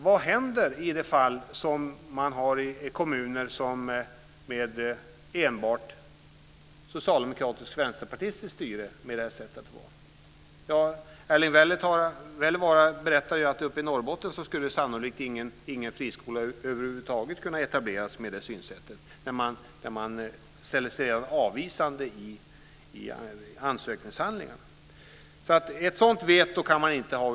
Vad händer annars i kommuner med enbart socialdemokratiskt och vänsterpartistiskt styre? Erling Wälivaara berättade att sannolikt skulle ingen friskola över huvud taget kunna etablera sig uppe i Norrbotten, eftersom man skulle ställa sig avvisande till ansökningar. Ett sådant veto kan vi inte ha.